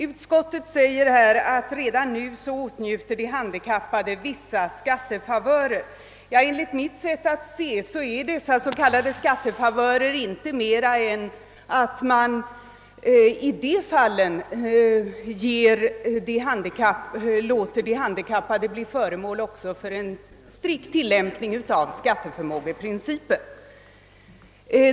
Utskottet skriver: »Redan nu åtnjuter de handikappade vissa skattefavörer.» Enligt mitt sätt att se är dessa s.k. skattefavörer inte större än att man i de fall det gäller låter de handikappade bli föremål också för en strikt tillämpning av skatteförmågeprincipen.